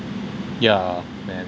yeah